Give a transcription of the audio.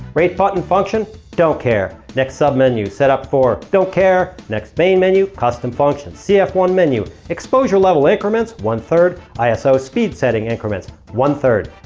rate button function. don't care. next submenu. set up four. don't care. next main menu. custom functions. cf one menu. exposure level increments. one third. iso speed setting increments. one third.